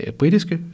britiske